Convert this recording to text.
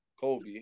Kobe